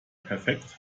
perfekt